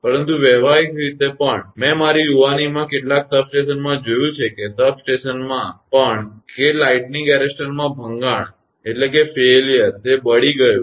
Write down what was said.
પરંતુ વ્યવહારીક રીતે પણ મેં મારી યુવાનીમાં કેટલાક સબસ્ટેશનમાં જોયું છે કે સબસ્ટ્રેશનમાં પણ કે લાઇટનીંગ એરેસ્ટરમાં ભંગાણ તે બળી ગયું